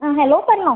ആ ഹലോ പറഞ്ഞോ